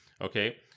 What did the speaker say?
Okay